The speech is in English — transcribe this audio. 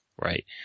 Right